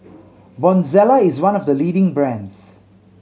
Bonjela is one of the leading brands